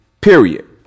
Period